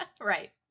Right